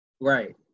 Right